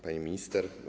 Pani Minister!